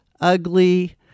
ugly